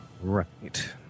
right